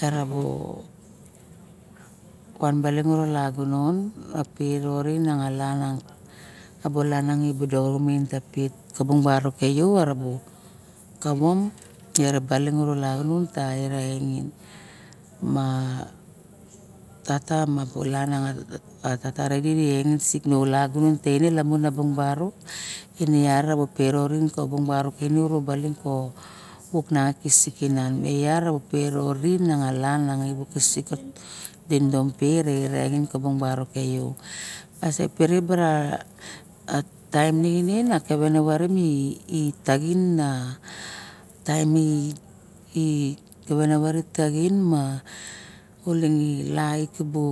era ba uan baling uro lagunon periorin na ngalan nang ka bulana domin ka pit kabung barok ki yo era kavom erabaling keve lagunonta erenenge ma tata mabung ulaganon teni lamon barok kano e yat e pu pereorin na nalan kabung barok keyo mas kase baling kavenava itaxin na taim ma uling i lai kabu